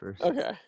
Okay